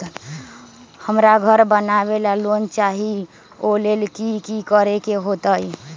हमरा घर बनाबे ला लोन चाहि ओ लेल की की करे के होतई?